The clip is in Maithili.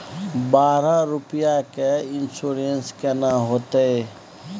बारह रुपिया के इन्सुरेंस केना होतै?